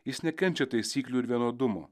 jis nekenčia taisyklių ir vienodumo